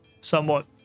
somewhat